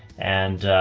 and